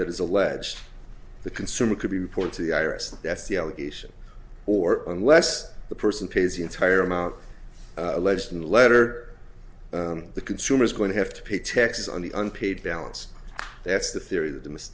that is alleged the consumer could be reporting the iris that's the allegation or unless the person pays the entire amount alleged letter the consumer is going to have to pay taxes on the unpaid balance that's the theory that the m